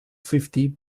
fifty